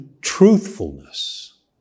truthfulness